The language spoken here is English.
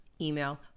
email